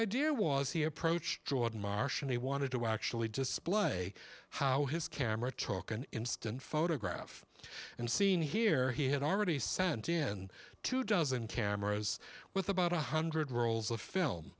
idea was he approached jordan marsh and he wanted to actually display how his camera took an instant photograph and seen here he had already sent in two dozen cameras with about one hundred rolls of film